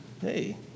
Hey